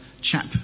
chap